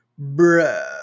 bruh